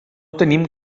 tenim